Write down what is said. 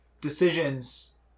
decisions